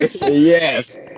yes